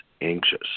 anxious